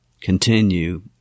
continue